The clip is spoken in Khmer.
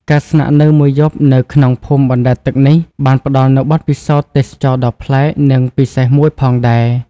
ការស្នាក់នៅមួយយប់នៅក្នុងភូមិបណ្ដែតទឹកនេះ បានផ្ដល់នូវបទពិសោធន៍ទេសចរណ៍ដ៏ប្លែក និងពិសេសមួយផងដែរ។